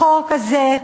החוק הזה,